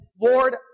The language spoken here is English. Lord